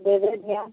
देबै ध्यान